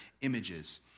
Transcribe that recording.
images